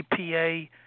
EPA